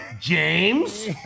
James